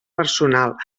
personal